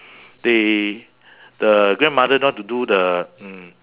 they the grandmother know how to do the mm